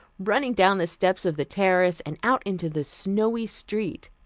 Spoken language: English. running down the steps of the terrace and out into the snowy street.